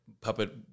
puppet